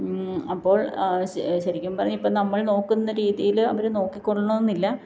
അപ്പോള് ശരിക്കും പറഞ്ഞാൽ ഇപ്പം നമ്മള് നോക്കുന്ന രീതിയിൽ അവർ നോക്കിക്കൊള്ളണമെന്നില്ല